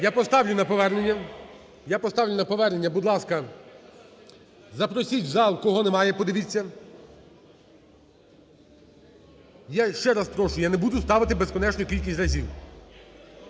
Я поставлю на повернення. Будь ласка, запросіть в зал, кого немає, подивіться. Я ще раз прошу, я не буду ставити безкінечно кількість разів.